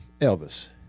Elvis